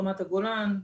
רמת הגולן,